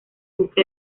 buque